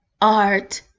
art